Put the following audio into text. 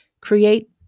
create